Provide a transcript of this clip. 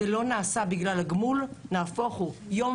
זה לא נעשה בגלל הגמול נהפוך הוא: יום